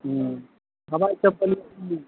हवाई चप्पल